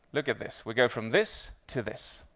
look at this. we go from this to this.